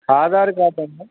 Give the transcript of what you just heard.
Aadhaar card అండి